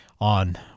on